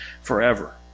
forever